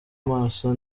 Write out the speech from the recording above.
maso